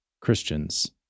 Christians